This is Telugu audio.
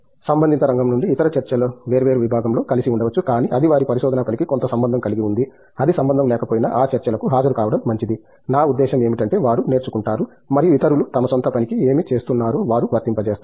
సంబంధిత రంగం నుండి ఇతర చర్చలు వేర్వేరు విభాగంలో కలిసి ఉండవచ్చు కానీ అది వారి పరిశోధనా పనికి కొంత సంబంధం కలిగి ఉంది అది సంబంధం లేకపోయినా ఆ చర్చలకు హాజరుకావడం మంచిది నా ఉద్దేశ్యం ఏమిటంటే వారు నేర్చుకుంటారు మరియు ఇతరులు తమ స్వంత పనికి ఏమి చేస్తున్నారో వారు వర్తింపజేస్తారు